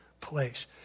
place